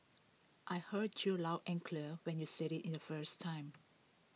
I heard you loud and clear when you said IT in the first time